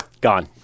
gone